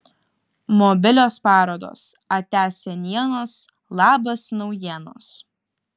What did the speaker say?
mobilios parodos atia senienos labas naujienos